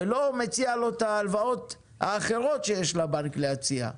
ולא מציע לו את ההלוואות האחרות שיש לבנק להציע?